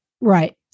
right